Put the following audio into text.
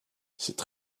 cette